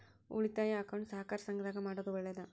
ಉಳಿತಾಯ ಅಕೌಂಟ್ ಸಹಕಾರ ಸಂಘದಾಗ ಮಾಡೋದು ಒಳ್ಳೇದಾ?